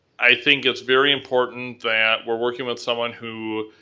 i think it's very important that we're working with someone who